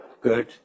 Good